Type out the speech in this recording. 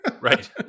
right